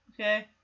Okay